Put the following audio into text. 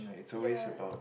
ya